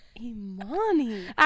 Imani